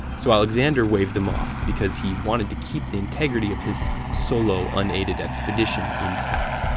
so aleksander waved them off because he wanted to keep the integrity of his solo, unaided expedition intact.